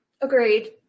Agreed